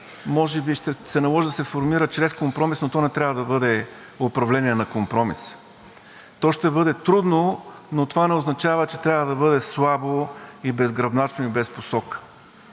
може би ще се наложи да се формира чрез компромис, но то не трябва да бъде управление на компромиса. То ще бъде трудно, но това не означава, че трябва да бъде слабо и безгръбначно, без посока